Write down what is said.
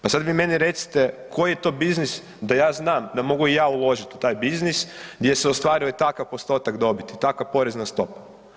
Pa sada vi meni recite koji je to biznis da ja znam da mogu i ja uložiti u taj biznis gdje se ostvaruje takva postotak dobiti, takva porezna stopa.